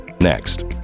Next